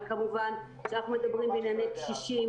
וכמובן כשאנחנו מדברים בענייני קשישים,